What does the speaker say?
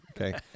Okay